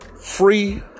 free